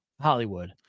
Hollywood